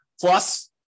Plus